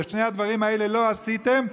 ואת שני הדברים האלה לא עשיתם.